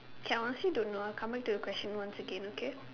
okay I honestly don't know ah I will come back to your question once again okay